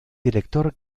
director